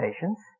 patients